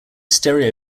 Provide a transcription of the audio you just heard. stereo